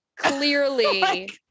Clearly